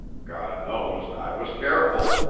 god knows, i was careful.